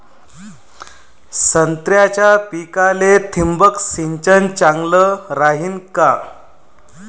संत्र्याच्या पिकाले थिंबक सिंचन चांगलं रायीन का?